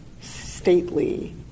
stately